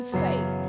faith